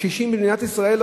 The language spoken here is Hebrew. הקשישים במדינת ישראל,